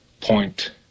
point